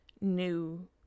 new